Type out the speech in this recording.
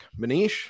Manish